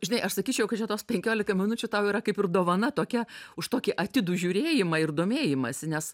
žinai aš sakyčiau kad čia tos penkiolika minučių tau yra kaip ir dovana tokia už tokį atidų žiūrėjimą ir domėjimąsi nes